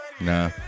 Nah